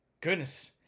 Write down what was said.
goodness